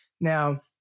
Now